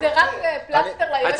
אז זה רק פלסטר עבור הייעוץ המשפטי?